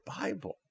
Bible